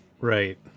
Right